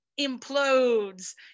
implodes